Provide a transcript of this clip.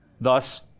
Thus